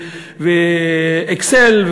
ו"אקסל",